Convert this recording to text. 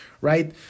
right